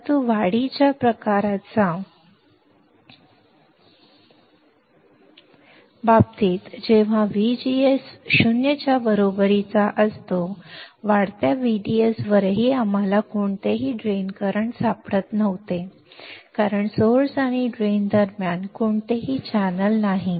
परंतु वाढीच्या प्रकाराच्या बाबतीत जेव्हा VGS 0 च्या बरोबरीचा असतो वाढत्या VDS वरही आम्हाला कोणतेही ड्रेन करंट सापडत नव्हते कारण स्त्रोत आणि ड्रेन दरम्यान कोणतेही चॅनेल नव्हते